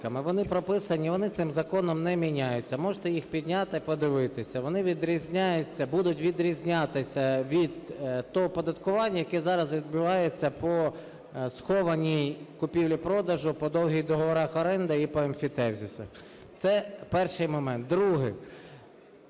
Вони прописані, вони цим законом не міняються. Можете їх підняти і подивитись. Вони відрізняються, будуть відрізнятися від того оподаткування, яке зараз відбувається по схованій купівлі-продажу, по довгих договорах оренди і по емфітевзису. Це перший момент. Другий.